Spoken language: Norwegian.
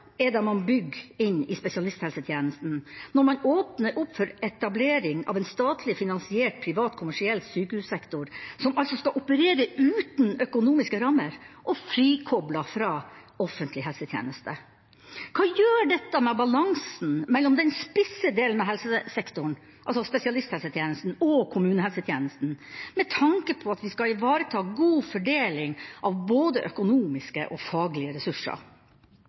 er det man bygger inn i spesialisthelsetjenesten, når man åpner opp for etablering av en statlig finansiert privat, kommersiell sykehussektor, som altså skal operere uten økonomiske rammer og frikoplet fra offentlig helsetjeneste? Hva gjør dette med balansen mellom de «spisse» delene av helsesektoren – spesialisthelsetjenesten og kommunehelsetjenesten – med tanke på at vi skal ivareta god fordeling av både økonomiske og faglige ressurser?